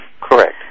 Correct